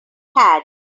had